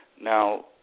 Now